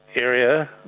area